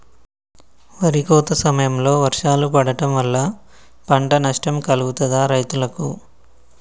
వరి కోత సమయంలో వర్షాలు పడటం వల్ల పంట నష్టం కలుగుతదా రైతులకు?